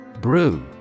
Brew